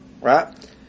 Right